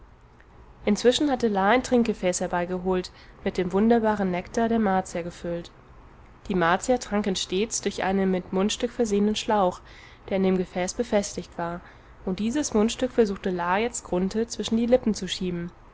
inzwischen hatte la ein trinkgefäß herbeigeholt mit dem wunderbaren nektar der martier gefüllt die martier tranken stets durch einen mit mundstück versehenen schlauch der in dem gefäß befestigt war und dieses mundstück versuchte la jetzt grunthe zwischen die lippen zu schieben